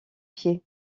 pied